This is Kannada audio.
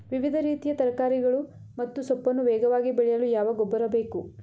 ವಿವಿಧ ರೀತಿಯ ತರಕಾರಿಗಳು ಮತ್ತು ಸೊಪ್ಪನ್ನು ವೇಗವಾಗಿ ಬೆಳೆಯಲು ಯಾವ ಗೊಬ್ಬರ ಬೇಕು?